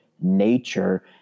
nature